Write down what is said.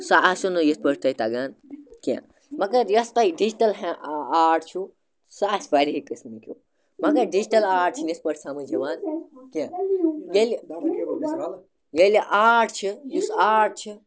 سُہ آسیو نہٕ یِتھ پٲٹھۍ تۄہہِ تَگان کینٛہہ مگر یۄس تۄہہِ ڈِجٹَل ہہ آرٹ چھُو سُہ آسہِ واریاہے قٕسمٕکیُو مگر ڈِجٹَل آرٹ چھِنہٕ یِتھ پٲٹھۍ سَمٕجھ یِوان کینٛہہ ییٚلہِ ییٚلہِ آرٹ چھِ یُس آرٹ چھِ